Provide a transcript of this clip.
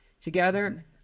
Together